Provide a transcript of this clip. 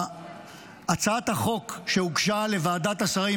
הצעת החוק שהוגשה לוועדת השרים,